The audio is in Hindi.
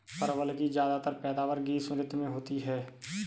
परवल की ज्यादातर पैदावार ग्रीष्म ऋतु में होती है